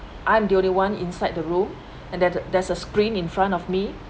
I'm the only one inside the room and that there's a screen in front of me